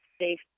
safe